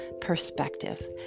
perspective